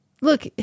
Look